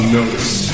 notice